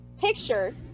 picture